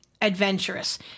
adventurous